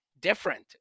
different